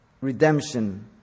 redemption